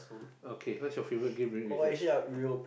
okay what's your favourite game during recess